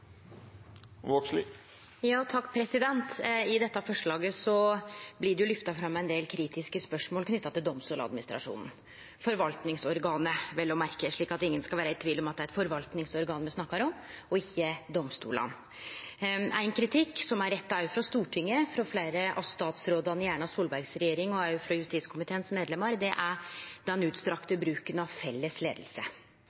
I dette forslaget blir det løfta fram ein del kritiske spørsmål knytte til Domstoladministrasjonen – forvaltningsorganet vel å merke, slik at ingen skal vere i tvil om at det er eit forvaltningsorgan me snakkar om, ikkje domstolane. Ein kritikk som er retta òg frå Stortinget, frå fleire av statsrådane i regjeringa til Erna Solberg og også frå medlemene i justiskomiteen, er den utstrekte